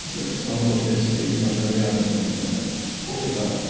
আছে কিছুমান কঠিন ৰেচিপি কিছুমান যেনেকৈ আপুনি মানে কিবা